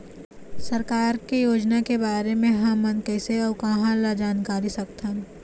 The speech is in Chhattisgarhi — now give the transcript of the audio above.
सरकार के योजना के बारे म हमन कैसे अऊ कहां ल जानकारी सकथन?